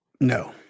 No